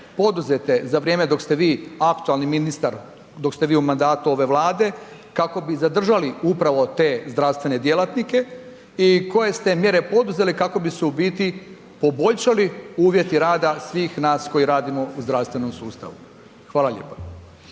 poduzete za vrijeme dok ste vi aktualni ministar, dok ste vi u mandatu ove Vlade kako bi zadržali upravo te zdravstvene djelatnike i koje ste mjere poduzeli kako bi se u biti poboljšali uvjeti rada svih nas koji radimo u zdravstvenom sustavu. Hvala lijepa.